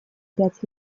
пять